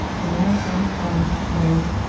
and when our time comes may,